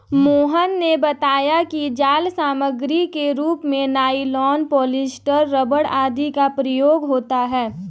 मोहन ने बताया कि जाल सामग्री के रूप में नाइलॉन, पॉलीस्टर, रबर आदि का प्रयोग होता है